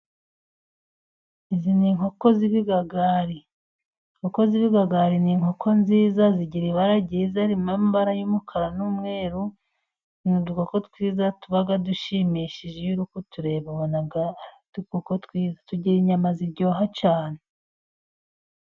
Izi ni inkoko z'ibigagari. Inkoko z'ibigagari ni inkoko nziza, zigira ibara ryiza, ririmo amabara y'umukara n'umweru, ni udukoko twiza tuba dushimishije iyo uri kutureba, ubona ari udukoko twiza. Tugira inyama ziryoha cyane.